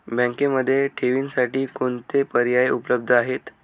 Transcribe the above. बँकेमध्ये ठेवींसाठी कोणते पर्याय उपलब्ध आहेत?